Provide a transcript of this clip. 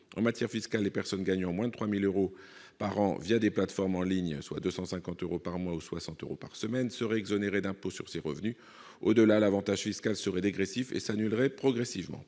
En matière fiscale, les personnes gagnant moins de 3 000 euros par an des plateformes en ligne, soit 250 euros par mois ou 60 euros par semaine, seraient exonérées d'impôt sur ces revenus. Au-delà, l'avantage fiscal serait dégressif et s'annulerait progressivement.